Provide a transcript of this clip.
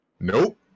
Nope